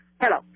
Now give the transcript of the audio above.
Hello